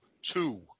Two